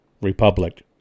Republic